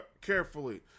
carefully